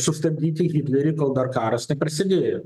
sustabdyti hitlerį kol dar karas neprasidėjo